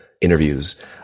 interviews